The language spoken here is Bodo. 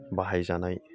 बाहायजानाय